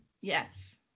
yes